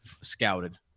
scouted